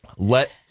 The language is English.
Let